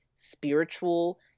spiritual